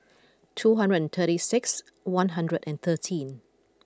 two hundred and thirty six one hundred and thirteen